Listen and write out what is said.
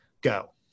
go